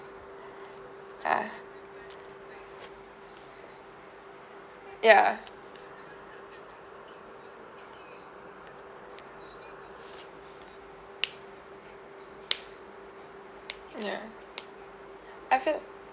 ya ya ya I feel